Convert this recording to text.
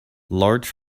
large